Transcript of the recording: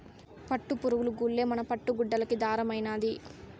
పట్టుపురుగులు గూల్లే మన పట్టు గుడ్డలకి దారమైనాది